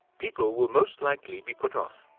people will most likely be put off.